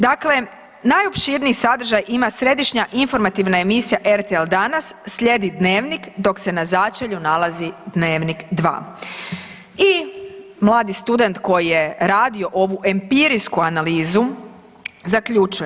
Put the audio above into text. Dakle, najopširniji sadržaj ima središnja informativna emisija RTL Danas, slijedi Dnevnik dok se na začelju nalazi Dnevnik 2. I mladi student koji je radio ovu empirijsku analizu zaključuje.